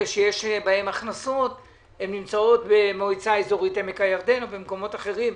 שיש בהם הכנסות נמצאות במועצה אזורית עמק הירדן או במקומות אחרים?